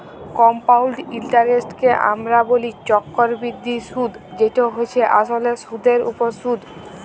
compound ইলটারেস্টকে আমরা ব্যলি চক্করবৃদ্ধি সুদ যেট হছে আসলে সুদের উপর সুদ